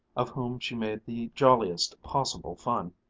of whom she made the jolliest possible fun.